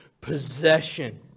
possession